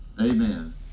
Amen